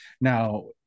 Now